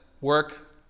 work